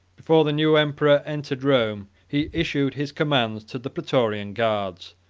before the new emperor entered rome, he issued his commands to the praetorian guards,